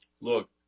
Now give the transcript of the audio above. Look